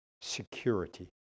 security